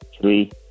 three